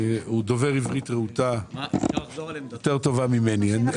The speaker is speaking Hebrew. הוא דובר עברית רהוטה, יותר טובה ממני.